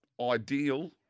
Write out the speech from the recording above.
ideal